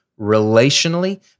relationally